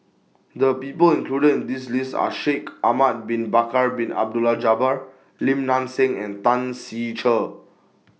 The People included in This list Are Shaikh Ahmad Bin Bakar Bin Abdullah Jabbar Lim Nang Seng and Tan Ser Cher